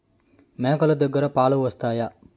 మేక లు దగ్గర పాలు వస్తాయా?